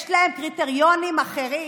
יש להם קריטריונים אחרים,